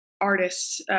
artists